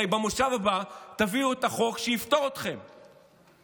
הרי במושב הבא תביאו את החוק שיפטור אתכם בדין.